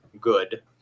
good